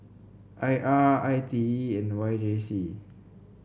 I R I T E and Y J C